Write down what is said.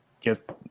get